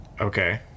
Okay